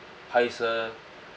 hi sir